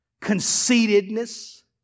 Conceitedness